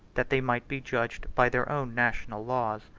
that they might be judged by their own national laws.